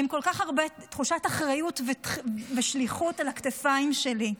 עם כל כך הרבה תחושת אחריות ושליחות על הכתפיים שלי.